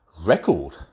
record